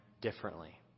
differently